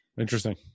Interesting